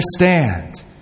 understand